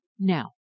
Now